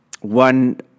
One